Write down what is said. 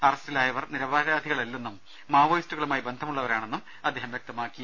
അറസ്റ്റിലായവർ നിരപരാധികളല്ലെന്നും മാവോയി സ്റ്റുകളുമായി ബന്ധമുള്ളവരാണെന്നും അദ്ദേഹം വ്യക്തമാക്കി